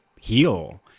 heal